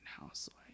housewife